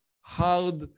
hard